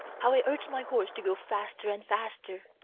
how i urged my horse to go faster and faster!